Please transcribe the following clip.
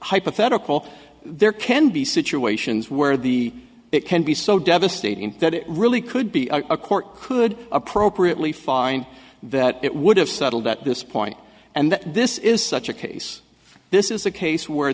hypothetical there can be situations where the it can be so devastating that it really could be a court could appropriately find that it would have settled at this point and that this is such a case this is a case where